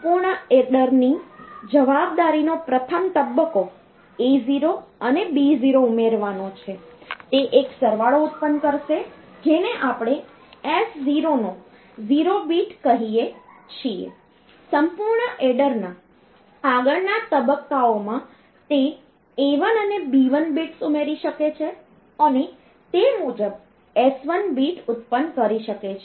સંપૂર્ણ એડર ની જવાબદારીનો પ્રથમ તબક્કો A0 અને B0 ઉમેરવાનો છે તે એક સરવાળો ઉત્પન્ન કરશે જેને આપણે S0 નો 0 બીટ કહીએ છીએ સંપૂર્ણ એડરના આગળના તબક્કામાં તે A1 અને B1 બિટ્સ ઉમેરી શકે છે અને તે મુજબ S1 બીટ ઉત્પન્ન કરી શકે છે